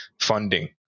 funding